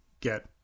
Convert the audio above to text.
get